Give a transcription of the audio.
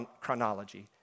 chronology